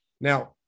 Now